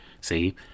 see